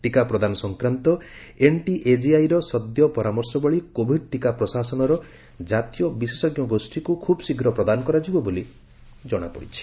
ଟିକା ପ୍ରଦାନ ସଂକ୍ରାନ୍ତ ଏନଟିଏଜିଆଇର ସଦ୍ୟ ପରାମର୍ଶବଳୀ କୋଭିଡ ଟିକା ପ୍ରଶାସନର ଜାତୀୟ ବିଶେଷଜ୍ଞ ଗୋଷ୍ଠୀକୁ ଖୁବ୍ ଶୀଘ୍ର ପ୍ରଦାନ କରାଯିବ ବୋଲି ଜଣାପଡ଼ିଛି